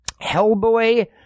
Hellboy